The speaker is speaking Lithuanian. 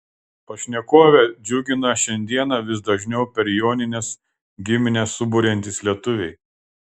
pašnekovę džiugina šiandieną vis dažniau per jonines giminę suburiantys lietuviai